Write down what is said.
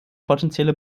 potenzielle